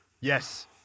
Yes